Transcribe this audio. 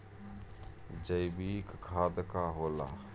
जैवीक खाद का होला?